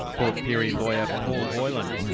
port pirie lawyer paul boylan.